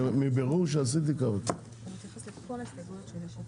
אז יש לנו הסתייגויות של "יש עתיד",